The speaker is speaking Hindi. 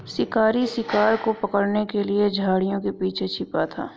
शिकारी शिकार को पकड़ने के लिए झाड़ियों के पीछे छिपा था